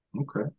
okay